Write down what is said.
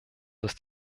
dass